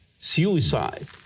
suicide